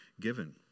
given